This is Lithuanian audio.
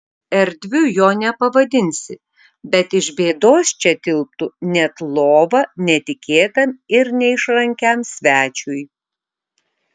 erdviu jo nepavadinsi bet iš bėdos čia tilptų net lova netikėtam ir neišrankiam svečiui